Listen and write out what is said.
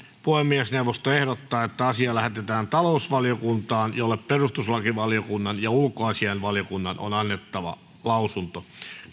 puhemiesneuvosto ehdottaa että asia lähetetään talousvaliokuntaan jolle perustuslakivaliokunnan ja ulkoasiainvaliokunnan on annettava lausunto